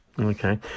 Okay